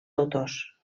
autors